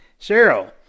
Cheryl